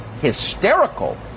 hysterical